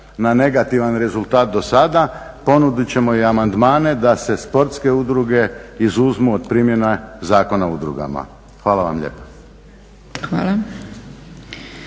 na negativan rezultat do sada, ponudit ćemo i amandmane da se sportske udruge izuzmu od primjene Zakona o udrugama. Hvala vam lijepa.